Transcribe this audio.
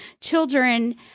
children